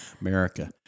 America